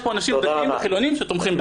יש פה אנשים דתיים וחילוניים שתומכים בזה.